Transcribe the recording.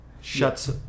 shuts